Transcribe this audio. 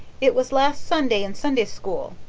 it was last sunday in sunday school.